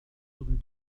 rue